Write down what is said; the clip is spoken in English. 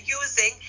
using